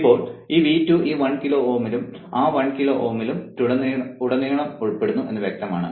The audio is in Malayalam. ഇപ്പോൾ ഈ V2 ഈ 1 കിലോ Ω യിലും ആ 1 കിലോ Ω യിലും ഉടനീളം ഉൾപ്പെടുന്നു എന്ന് വ്യക്തമാണ്